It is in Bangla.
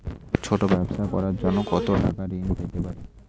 ছোট ব্যাবসা করার জন্য কতো টাকা ঋন পেতে পারি?